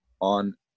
on